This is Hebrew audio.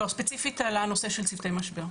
לא, ספציפית על הנושא של צוותי משבר.